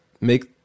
make